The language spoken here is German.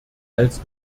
als